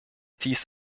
dies